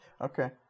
Okay